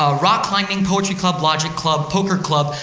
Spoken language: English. ah rock climbing, poetry club, logic club, poker club,